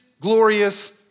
glorious